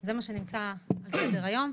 זה מה שנמצא על סדר היום.